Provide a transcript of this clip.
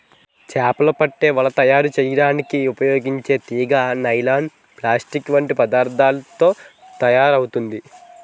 చేపలు పట్టే వల తయారు చేయడానికి ఉపయోగించే తీగ నైలాన్, ప్లాస్టిక్ వంటి పదార్థాలతో తయారవుతుంది